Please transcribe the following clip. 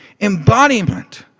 embodiment